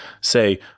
Say